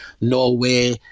Norway